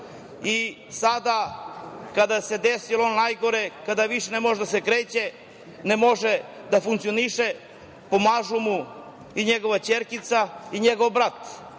Sada kada se desilo ono najgore, kada više ne može da se kreće, ne može da funkcioniše, pomažu mu i njegova ćerkica i njegov brat. Tu